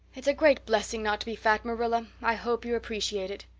it's a great blessing not to be fat, marilla. i hope you appreciate it.